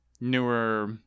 newer